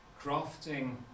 Crafting